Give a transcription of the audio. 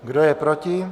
Kdo je proti?